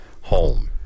home